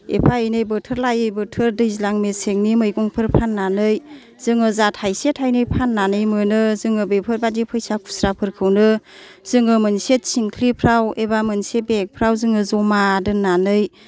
एफा एनै बोथोर लायै बोथोर दैज्लां मेसेंनि मैगंफोर फाननानै जोङो जा थायसे थायनै फाननानै मोनो जोङो बेफोरबायदि फैसा खुस्राफोरखौनो जोङो मोनसे थिंख्लिफ्राव एबा मोनसे बेगफ्राव जोङो जमा दोननानै